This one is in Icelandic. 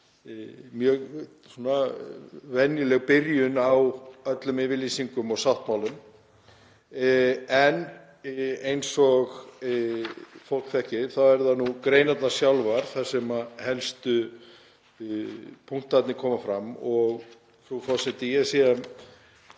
mjög venjuleg byrjun á öllum yfirlýsingum og sáttmálum en eins og fólk þekkir þá eru það nú greinarnar sjálfar þar sem helstu punktarnir koma fram. Frú forseti. Ég sé að